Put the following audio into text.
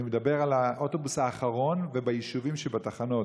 אני מדבר על האוטובוס האחרון ביישובים, בתחנות.